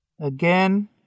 Again